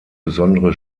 besondere